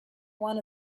one